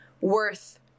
worth